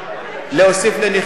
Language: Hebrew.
להוסיף לנכים,